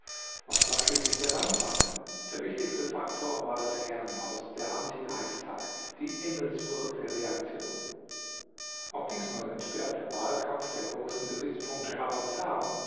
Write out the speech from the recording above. was war schließlich der landtag der wichtigste faktor war das herrenhaus der anti-reichstag die engelsburg der reaktion auch diesmal entbehrt der wahlkampf der großen gesichtspunkte aber zahm